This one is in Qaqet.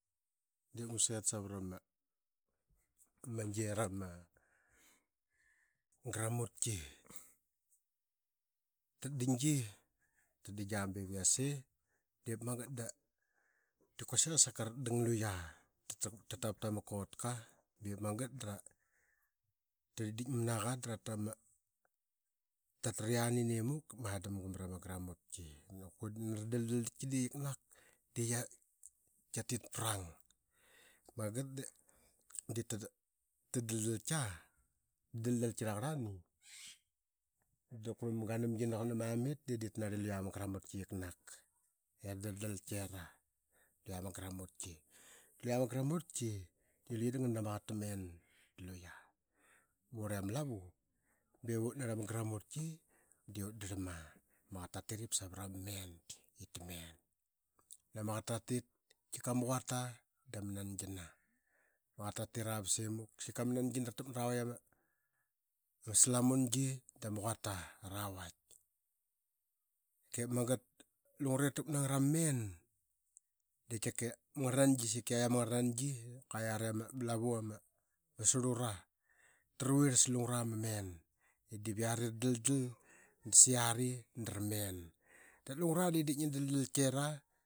Diip ngu set savrama gi qera ma gramutki ra dangi. Tadangia bai ip yase diip magat da quasik i saka ra dang luya. Dap tatap tama kotka diip magat dara dikdik mana qa da ra taraqianinemuk ba ma damga Manama gramutki ip naninquka da ra nandalki. Diip qi kiknak dii qiatit prang. Magat dii tanar li luqa. Ma gramutki giknak era daldalki era. Luya ma gramutki dii luye da ngana ma qaqet tamen da luya. Murl i ama lavu bai p ut narli luya ma gramutki dii ut darlam aa i ama qaqet tatit ip savrama men ip tamen. Nani ama qaqet tatit. Tika ma quata dama nangina. Ma qaqet ta tit aa ba simuk. Sika ma nangina ravaik ama slamungi, da sika ma quata ara vait. Ip magat lungre ra takmat nangat ama men de tika seka qiak ama ngarl nangi dap kua yari ama lavu ama sarlura tarvirl sa lungra ma men. Diip yari ra daldal sayari da ra men lungra. Diip ngi daldal kiera.